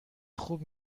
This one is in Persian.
خوب